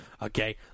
Okay